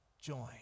join